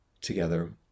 together